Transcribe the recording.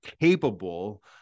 capable